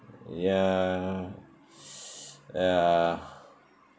ya ya